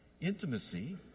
Intimacy